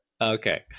Okay